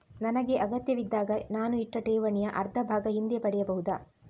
ನನಗೆ ಅಗತ್ಯವಿದ್ದಾಗ ನಾನು ಇಟ್ಟ ಠೇವಣಿಯ ಅರ್ಧಭಾಗ ಹಿಂದೆ ಪಡೆಯಬಹುದಾ?